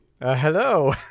Hello